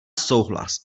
souhlas